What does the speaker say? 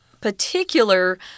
particular